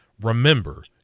Remember